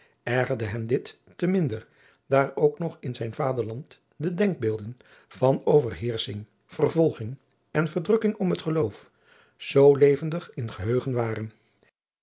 ergerde hem dit te minder daar ook nog in zijn vaderland de denkbeelden van overheersching vervolging en verdrukking om het geloof zoo levendig in geheugen waren